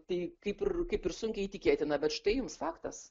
tai kaipir kaip ir sunkiai įtikėtina bet štai jums faktas